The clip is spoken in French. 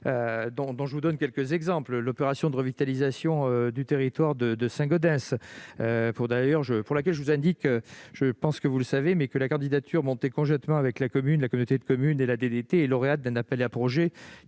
dont je vous donne quelques exemples : opération de revitalisation du territoire de Saint-Gaudens, à propos de laquelle je vous indique- je pense que vous le savez -que la candidature montée conjointement avec la commune, la communauté de communes et la DDT est lauréate d'un appel à projets